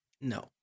No